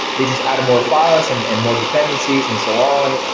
they just add more files and and more dependencies and so on.